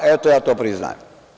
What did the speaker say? Eto, ja to priznajem.